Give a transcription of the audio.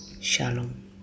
Shalom